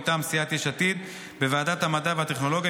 מטעם סיעת יש עתיד: בוועדת המדע והטכנולוגיה,